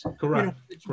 Correct